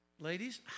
Ladies